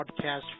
podcast